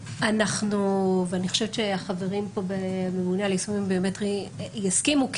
אני חושבת שהחברים פה מהממונה על היישומים הביומטריים יסכימו,